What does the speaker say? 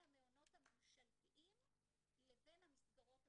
המעונות הממשלתיים לבין המסגרות הפתוחות.